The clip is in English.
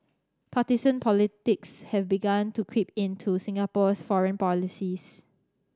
partisan politics has begun to creep into Singapore's foreign policies